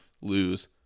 lose